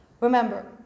Remember